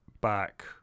back